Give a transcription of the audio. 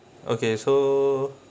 okay so